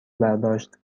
برداشت